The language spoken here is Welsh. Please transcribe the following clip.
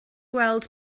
gweld